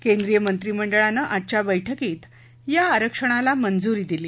केंद्रीय मंत्रिमंडळानं आजच्या बैठकीत या आरक्षणाला मंजुरी दिली